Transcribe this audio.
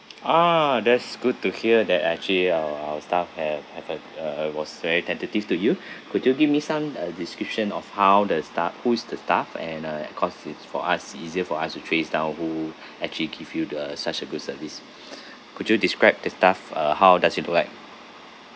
ah that's good to hear that actually uh our staff have have a uh uh was very tentative to you could you give me some uh description of how the sta~ who is the staff and uh cause it's for us it easier for us to trace down who actually give you the such a good service could you describe the staff ah how does she look like